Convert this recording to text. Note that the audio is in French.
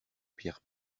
pierres